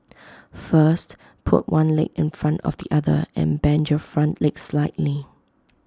first put one leg in front of the other and bend your front leg slightly